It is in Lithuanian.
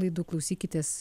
laidų klausykitės